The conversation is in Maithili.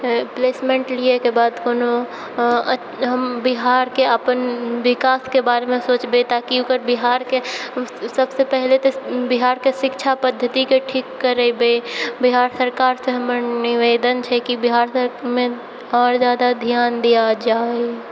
प्लेसमेंट लियैके बाद कोनो हम बिहारके अपन विकासके बारेमे सोचबै ताकि ओकर बिहारके हम सबसँ पहिले तऽ बिहारके शिक्षा पद्धतिके ठीक करेबै बिहार सरकारसँ हमर निवेदन छै की बिहारमे आओर जादा ध्यान दिया जाय